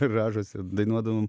garažuose dainuodavom